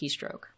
keystroke